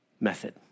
method